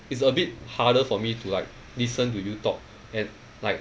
it's a bit harder for me to like listen to you talk and like